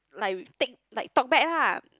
like retake like talk back lah